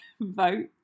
vote